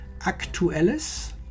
Aktuelles